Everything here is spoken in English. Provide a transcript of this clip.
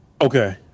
Okay